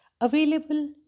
available